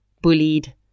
bullied